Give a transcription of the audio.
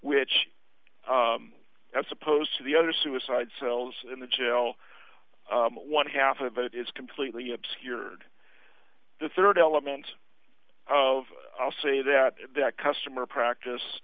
which as opposed to the other suicide cells in the jail one half of it is completely obscured the rd element of i'll say that the customer practice